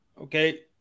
Okay